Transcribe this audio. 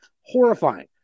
horrifying